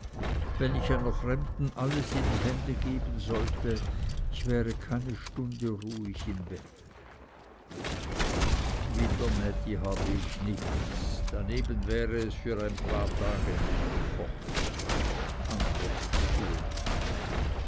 wenn ich einer fremden alles in die hände geben sollte ich wäre keine stunde ruhig im bette wider mädi habe ich nichts daneben wäre es für ein paar tage nicht gefochten antwortete uli